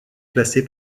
classé